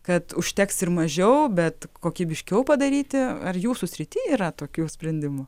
kad užteks ir mažiau bet kokybiškiau padaryti ar jūsų srity yra tokių sprendimų